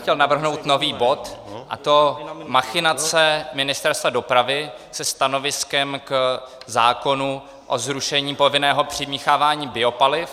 Chtěl bych navrhnout nový bod, a to Machinace Ministerstva dopravy se stanoviskem k zákonu o zrušení povinného přimíchávání biopaliv.